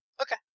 Okay